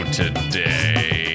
today